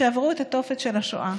שעברו את התופת של השואה.